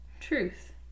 Truth